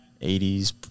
80s